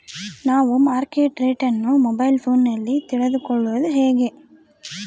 ನಾವು market rate ಅನ್ನು ಮೊಬೈಲಲ್ಲಿ ತಿಳ್ಕಳೋದು ಹೇಗೆ?